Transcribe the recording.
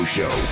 Show